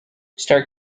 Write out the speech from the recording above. star